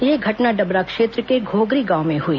यह घटना डभरा क्षेत्र के घोघरी गांव में हुई